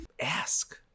ask